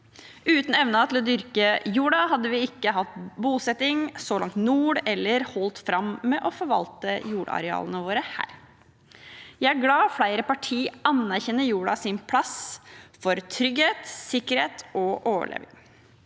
Uten evnen til å dyrke jorda hadde vi ikke hatt bosetting så langt nord eller holdt fram med å forvalte jordarealene våre her. Jeg er glad for at flere partier anerkjenner jordas plass med tanke på trygghet, sikkerhet og overlevelse.